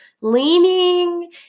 leaning